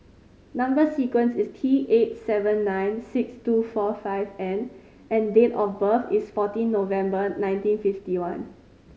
number sequence is T eight seven nine six two four five N and date of birth is fourteen November nineteen fifty one